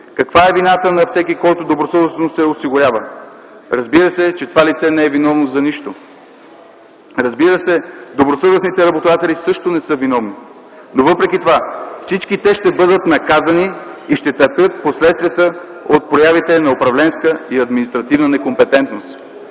Каква е вината на всеки, който добросъвестно се осигурява? Разбира се, че това лице не е виновно за нищо. Разбира се, добросъвестните работодатели също не са виновни. Но въпреки това всички те ще бъдат наказани и ще търпят последствията от проявите на управленска и административна некомпетентност.